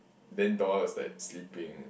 then door was like sleeping